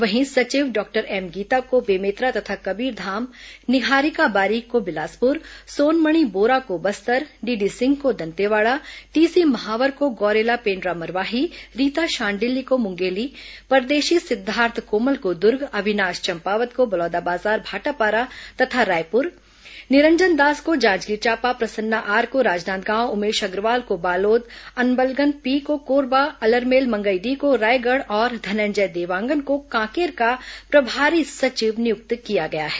वहीं सचिव Dr M Geeta को बेमेतरा तथा कबीरधाम निहारिका बारिक को बिलासपुर सोनमणि बोरा को बस्तर डीडी सिंह को दंतेवाड़ा टीसी महावर को गौरेला पेन्ड्रा मरवाही रीता शांडिल्य को मुंगेली परदेशी सिद्वार्थ कोमल को दुर्ग अविनाश चंपावत को बलौदाबाजार भाटापारा तथा रायपुर निरंजन दास को जांजगीर चांपा प्रसन्ना आर को राजनांदगांव उमेश अग्रवाल को बालोद अन्बलगन पी को कोरबा अलरमेलमंगई डी को रायगढ़ और धनंजय देवांगन को कांकेर का प्रभारी सचिव नियुक्त किया गया है